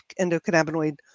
endocannabinoid